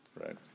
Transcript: right